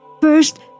First